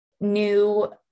new